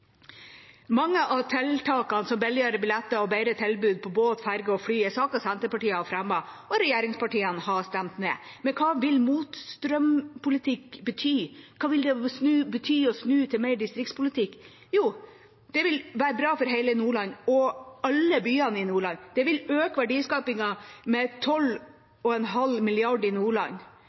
Mange av tiltakene, som billigere billetter og bedre tilbud på båt, ferge og fly, er saker Senterpartiet har fremmet og regjeringspartiene har stemt ned. Men hva vil motstrømspolitikk bety? Hva vil det bety å snu til mer distriktspolitikk? Jo, det vil være bra for hele Nordland og alle byene i Nordland. Det vil øke verdiskapingen i Nordland med 12,5 mrd. kr. Å lede mot mer sentralisering vil minske verdiskapingen i Nordland